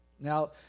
Now